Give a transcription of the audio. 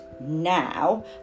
now